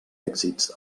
èxits